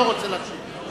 לא רוצה להשיב.